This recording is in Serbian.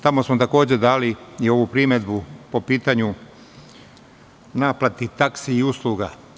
Tamo smo takođe dali i ovu primedbu po pitanju naplatnih taksi i usluga.